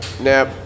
nap